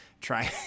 try